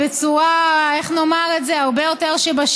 בצורה איך נאמר את זה, הרבה יותר בשגרה,